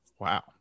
Wow